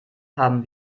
haben